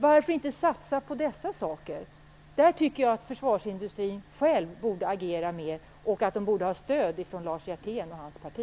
Varför inte satsa på dessa saker? Där tycker jag att försvarsindustrin själv borde agera mer och också ha stöd från Lars Hjertén och hans parti.